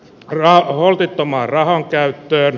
rauno holtittoman rahan käyttöön